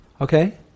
Okay